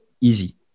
easy